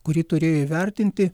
kuri turėjo įvertinti